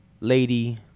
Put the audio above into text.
lady